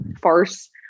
farce